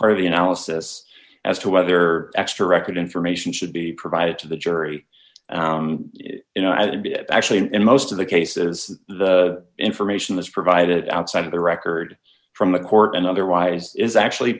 part of the analysis as to whether extra record information should be provided to the jury you know and bit actually in most of the cases the information is provided outside of the record from the court and otherwise is actually